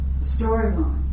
storyline